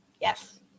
Yes